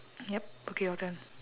yup okay your turn